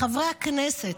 חברי הכנסת,